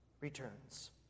returns